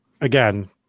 Again